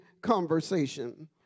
conversation